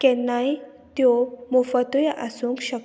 केन्नाय त्यो मुफतूय आसूंक शकता